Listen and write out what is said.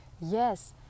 Yes